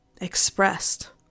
expressed